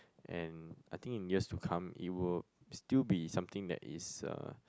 and I think in years to come it will still be something that is uh